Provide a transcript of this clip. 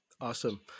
Awesome